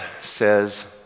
says